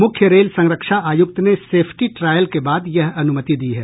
मुख्य रेल संरक्षा आयुक्त ने सेफ्टी ट्रायल के बाद यह अनुमति दी है